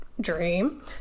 dream